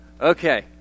Okay